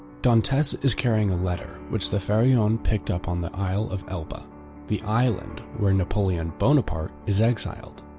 dantes is carrying a letter which the pharaon picked up on the isle of elba the island where napoleon bonaparte is exiled.